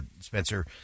Spencer